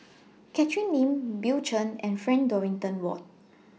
Catherine Lim Bill Chen and Frank Dorrington Ward